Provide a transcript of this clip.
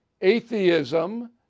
Atheism